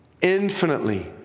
infinitely